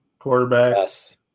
quarterbacks